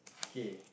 K